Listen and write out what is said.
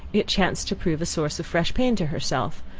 it chanced to prove a source of fresh pain to herself,